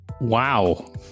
Wow